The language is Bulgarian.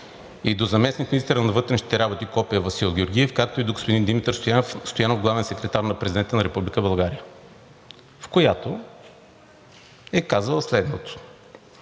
и до заместник-министъра на вътрешните работи – Васил Георгиев, както и до господин Димитър Стоянов – главен секретар на Президента на Република България, в която е казала следното: